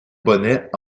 bonnet